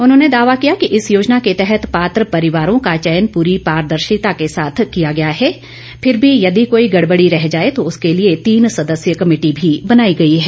उन्होंने दावा किया कि इस योजना के तहत पात्र परिवारों का चयन प्री पारदर्शिता के साथ किया गया है फिर भी यदि कोई गड़बड़ी रह जाए तो उसके लिए तीन सदस्सीय कमेटी भी बनाई गई है